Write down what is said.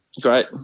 Great